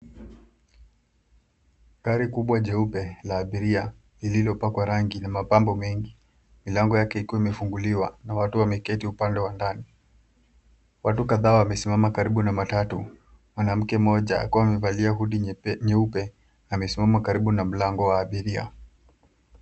Gari kubwa jeupe la abiria lililopakwa rangi na mapambo mengi milango yake ikiwa imefunguliwa na watu wameketi upande wa ndani. Watu kadhaa wamesimama karibu na matatu, mwanamke mmoja akiwa amevalia hoodie nyeupe amesimama karibu na mlango wa abiria.